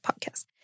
podcast